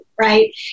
Right